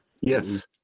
Yes